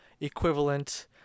equivalent